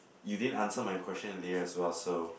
you didn't answer my question earlier as well so